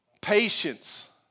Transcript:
Patience